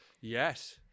Yes